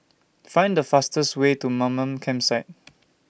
Find The fastest Way to Mamam Campsite